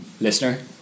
listener